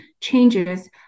changes